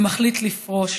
והחליט לפרוש.